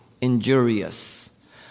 injurious